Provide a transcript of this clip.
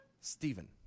Stephen